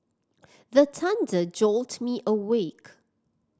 the thunder jolt me awake